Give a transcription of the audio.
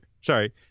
Sorry